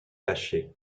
taché